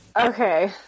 Okay